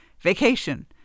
vacation